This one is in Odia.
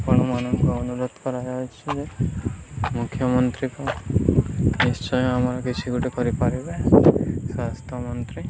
ଆପଣମାନଙ୍କୁ ଅନୁରୋଧ କରାଯାଉଛି ଯେ ମୁଖ୍ୟମନ୍ତ୍ରୀକୁ ନିଶ୍ଚୟ ଆମର କିଛି ଗୋଟେ କରିପାରିବେ ସ୍ୱାସ୍ଥ୍ୟମନ୍ତ୍ରୀ